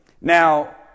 Now